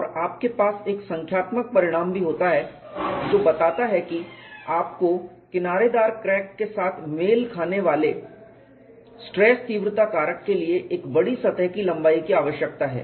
और आपके पास एक संख्यात्मक परिणाम भी होता है जो बताता है कि आपको किनारेदार क्रैक के साथ मेल खाने वाले स्ट्रेस तीव्रता कारक के लिए एक बडी सतह की लंबाई की आवश्यकता है